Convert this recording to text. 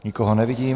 Nikoho nevidím.